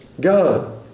God